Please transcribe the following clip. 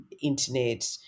internet